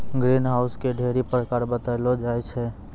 green house के ढ़ेरी प्रकार बतैलो जाय छै